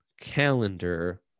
calendar